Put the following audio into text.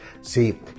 See